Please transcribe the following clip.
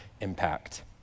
impact